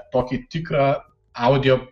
tokį tikrą audio